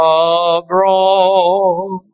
abroad